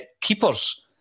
Keepers